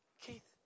Keith